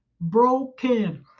Broken